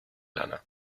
lana